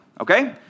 okay